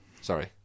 Sorry